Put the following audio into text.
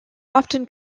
often